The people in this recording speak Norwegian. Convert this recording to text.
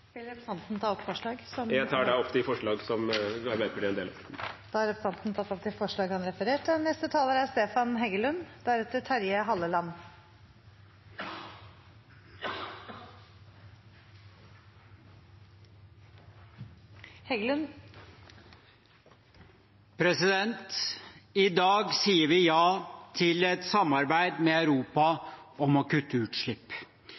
vil bli vedtatt i Stortinget. Jeg tar opp de forslag som Arbeiderpartiet er en del av. Representanten Espen Barth Eide har tatt opp de forslagene han refererte til. I dag sier vi ja til et samarbeid med Europa om å kutte utslipp.